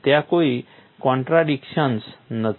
ત્યાં કોઈ કોન્ટ્રાડિક્શન્સ નથી